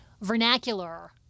vernacular